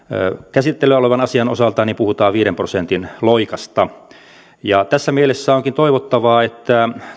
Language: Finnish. käsitteillä olevan asian osalta puhutaan viiden prosentin loikasta tässä mielessä onkin toivottavaa että